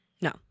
No